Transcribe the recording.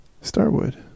Starwood